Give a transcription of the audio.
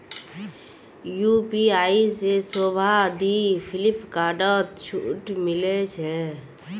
UPI से शोभा दी फिलिपकार्टत छूट मिले छे